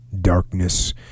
darkness